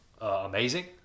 amazing